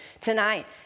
Tonight